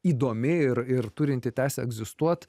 įdomi ir ir turinti teisę egzistuot